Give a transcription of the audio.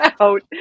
out